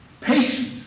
Patience